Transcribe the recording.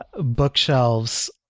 bookshelves